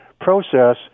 process